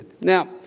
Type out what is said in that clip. Now